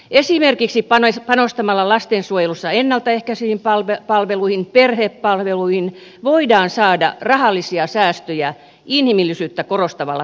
esimerkiksi panostamalla lastensuojelussa ennalta ehkäiseviin palveluihin perhepalveluihin voidaan saada rahallisia säästöjä inhimillisyyttä korostavalla tavalla